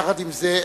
יחד עם זה,